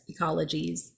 ecologies